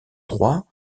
trois